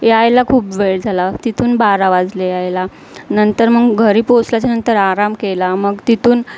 यायला खूप वेळ झाला तिथून बारा वाजले यायला नंतर मग घरी पोचल्याच्या नंतर आराम केला मग तिथून